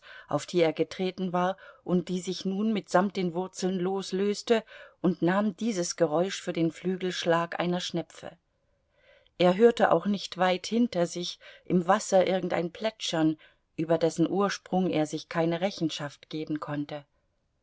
auf die er getreten war und die sich nun mitsamt den wurzeln loslöste und nahm dieses geräusch für den flügelschlag einer schnepfe er hörte auch nicht weit hinter sich im wasser irgendein plätschern über dessen ursprung er sich keine rechenschaft geben konnte